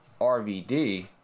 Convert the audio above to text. RVD